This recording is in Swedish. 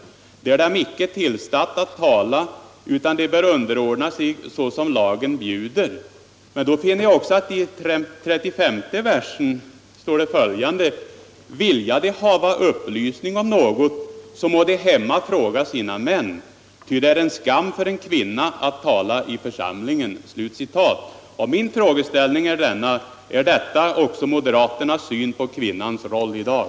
Det är dem icke tillstatt att tala, utan de böra underordna sig, såsom lagen bjuder.” Men då finner jag också att det i vers 35 står följande: ”Vilja de hava upplysning om något, så må de hemma fråga sina män; ty det är en skam för en kvinna att tala i församlingen.” Min logiska fråga till moderaterna är denna: Är detta också moderaternas syn på kvinnans roll i dag?